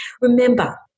Remember